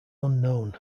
unknown